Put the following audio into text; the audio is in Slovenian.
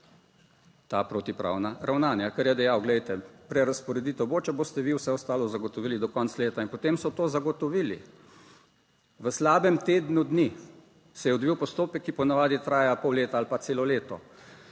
ta protipravna ravnanja, kar je dejal, glejte, prerazporeditev bo, če boste vi vse ostalo zagotovili do konca leta. In potem so to zagotovili, v slabem tednu dni se je odvil postopek, ki po navadi traja pol leta ali pa celo leto.